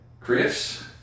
Chris